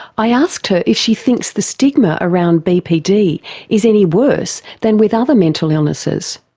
i asked her if she thinks the stigma around bpd is any worse than with other mental illnesses.